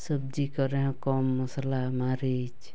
ᱥᱚᱵᱽᱡᱤ ᱠᱚ ᱨᱮᱦᱚᱸ ᱠᱚᱢ ᱢᱚᱥᱞᱟ ᱢᱟᱹᱨᱤᱪ